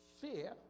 fear